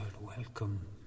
welcome